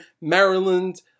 Maryland